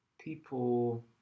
people